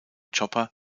chopper